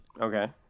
Okay